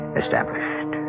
established